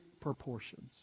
proportions